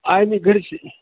आहे मी घरीचं आहे